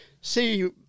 see –